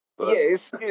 Yes